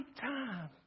time